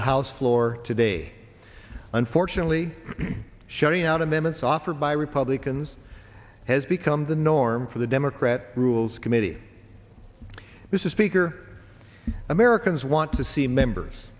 the house floor today unfortunately shutting out a minutes offered by republicans has become the norm for the democrat rules committee this is speaker americans want to see members